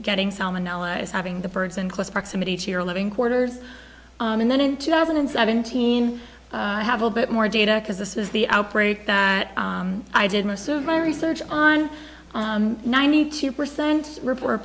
getting salmonella is having the birds in close proximity to your living quarters and then in two thousand and seventeen have a bit more data because this is the outbreak that i did most of my research on ninety two percent report